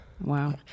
Wow